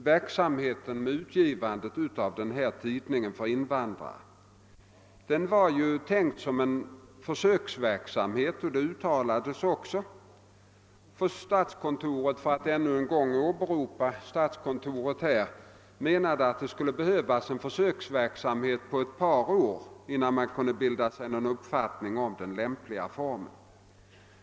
Verksamheten med utgivandet av denna tidning för invandrare var tänkt som en försöksverksamhet, vilket också förklarades från början. Statskontoret — för att här ännu en gång åberopa den myndigheten — ansåg att det behövdes en försöksverksamhet på ett par år innan man hade bildat sig en uppfattning om lämpligaste formen.